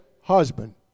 husband